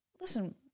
Listen